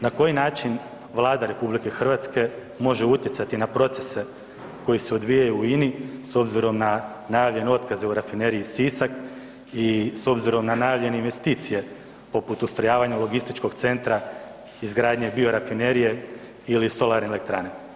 Na koji način Vlada RH može utjecati na procese koji se odvijaju u INA-i s obzirom na najavljene otkaze u Rafineriji Sisak i s obzirom na najavljene investicije poput ustrojavanja logističkog centra izgradnje biorafinerije ili solarne elektrane?